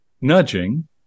nudging